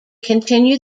continued